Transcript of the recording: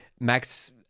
Max